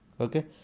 okay